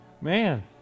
man